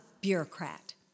bureaucrat